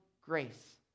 grace